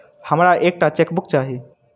हमरा एक टा चेकबुक चाहि